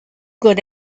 good